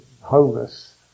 homeless